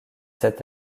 cette